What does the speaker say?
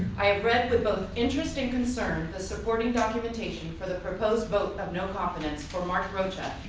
i have read with both interest and concern the supporting documentation for the proposed vote of no confidence for mark rocha,